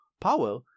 power